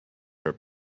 her